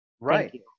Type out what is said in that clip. Right